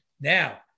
Now